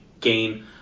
gain